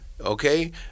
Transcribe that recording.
okay